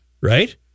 Right